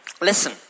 listen